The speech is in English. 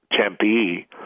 Tempe